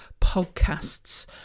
podcasts